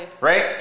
right